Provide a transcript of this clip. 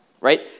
right